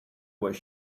where